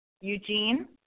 Eugene